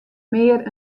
mear